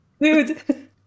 Dude